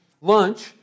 lunch